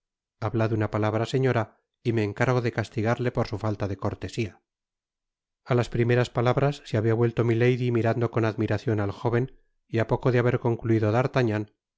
hablad una palabra señora y me encargo de castigarle por su falta de cortesia a las primeras palabras se habia vuelto milady mirando con admiracion at jóven y á poco de haber concluido d'artagnan